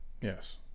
Yes